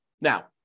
Now